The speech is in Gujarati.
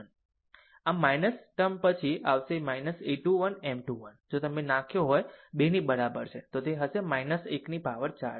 આમ ટર્મ પછી આવશે a 21 M 21 જો તમે નાખ્યો 2 ની બરાબર છે તો તે હશે 1 પાવર 4 છે